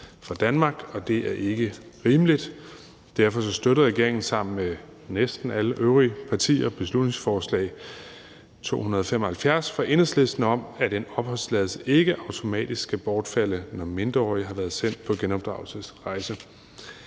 fra Danmark, og det er ikke rimeligt. Derfor støtter regeringen sammen med næsten alle øvrige partier beslutningsforslag nr. B 275 fra Enhedslisten om, at en opholdstilladelse ikke automatisk skal bortfalde, når mindreårige har været sendt på genopdragelsesrejse.